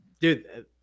Dude